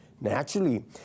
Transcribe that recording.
Naturally